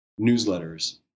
newsletters